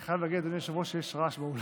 אני חייב להגיד, אדוני היושב-ראש, שיש רעש באולם.